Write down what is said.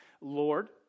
Lord